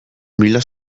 mila